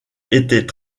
étaient